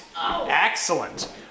Excellent